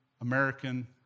American